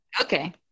Okay